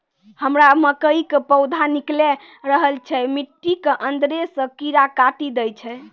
हमरा मकई के पौधा निकैल रहल छै मिट्टी के अंदरे से कीड़ा काटी दै छै?